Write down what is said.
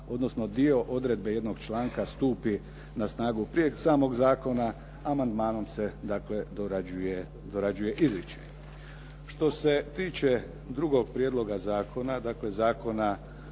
odnosno dio odredbe jednog članka stupi na snagu prije samog zakona, amandmanom se dakle dorađuje izričaj. Što se tiče drugog prijedloga zakona, dakle Zakona